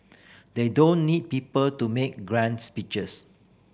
they don't need people to make grand speeches